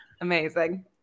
Amazing